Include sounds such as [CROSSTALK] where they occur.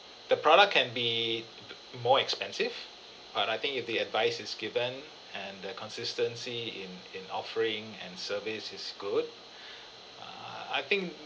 the product can be uh more expensive but I think if the advice is given and the consistency in in offering and service is good [BREATH] err I think